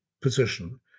position